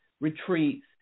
retreats